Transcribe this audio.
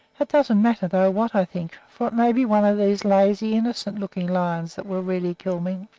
it doesn't matter, though, what i think, for it may be one of these lazy, innocent-looking lions that will really kill me.